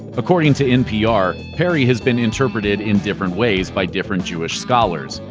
according to npr, peri has been interpreted in different ways by different jewish scholars,